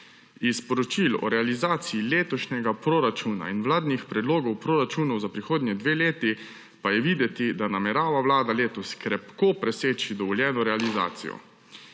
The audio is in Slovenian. Iz poročil o realizaciji letošnjega proračuna in vladnih predlogov proračunov za prihodnji dve leti pa je videti, da namerava Vlada letos krepko preseči dovoljeno realizacijo.